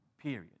period